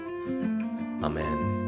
Amen